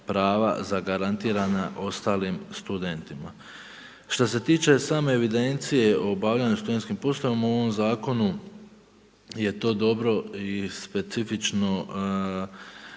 prava zagarantirana ostalim studentima. Što se tiče same evidencije o obavljanju i studenskim poslovima u ovom zakonu je to dobro i specifično